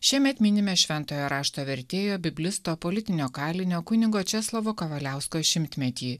šiemet minime šventojo rašto vertėjo biblisto politinio kalinio kunigo česlovo kavaliausko šimtmetį